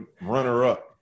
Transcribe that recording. runner-up